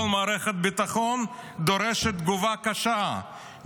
כל מערכת הביטחון דורשת תגובה קשה,